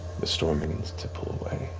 the storm begins to pull away.